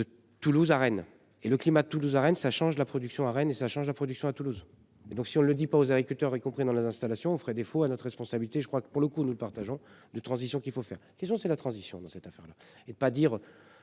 De Toulouse à Rennes et le climat Toulouse à Rennes ça change la production à Rennes et ça change la production à Toulouse, donc si on ne le dit pas aux agriculteurs, y compris dans les installations ferait défaut à notre responsabilité, je crois que pour le coup, nous le partageons de transition qu'il faut faire question c'est la transition dans cette affaire-là et pas dire